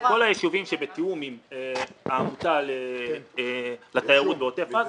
כל הישובים שבתיאום עם העמותה לתיירות בעוטף עזה,